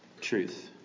truth